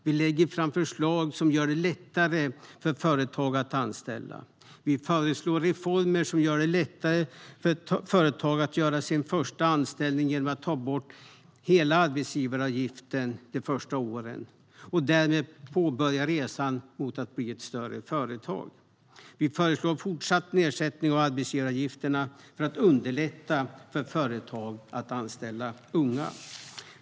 Vi lägger fram förslag som gör det lättare för företag att anställa. Vi föreslår reformer som gör det lättare för företag att göra sin första anställning, genom att ta bort hela arbetsgivaravgiften de första åren, och därmed påbörja resan mot att bli ett större företag. Vi föreslår fortsatt nedsättning av arbetsgivaravgifterna för att underlätta för företag att anställa unga.